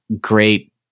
great